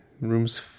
Rooms